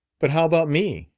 but how about me?